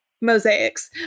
mosaics